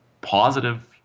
positive